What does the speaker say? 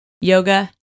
Yoga